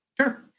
Sure